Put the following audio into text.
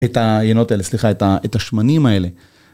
את היינות האלה, סליחה את השמנים האלה.